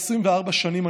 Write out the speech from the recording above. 24 שנים,